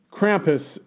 Krampus